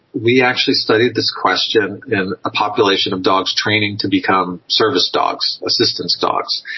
we actually studied this question in a population of dogs training to become service dogs, assistance dogs.